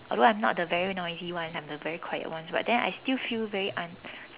although I'm not the very noisy ones I am the very quiet ones but then I still feel very un~